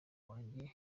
wanjye